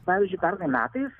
pavyzdžiui pernai metais